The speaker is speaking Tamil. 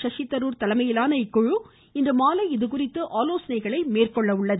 சசிதரூர் தலைமையிலான இக்குழு இன்றுமாலை இதுகுறித்து ஆலோசனை மேற்கொள்ளும்